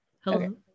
hello